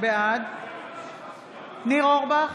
בעד ניר אורבך,